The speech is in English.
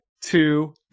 two